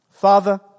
Father